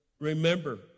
Remember